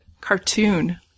cartoon